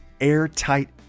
airtight